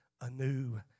anew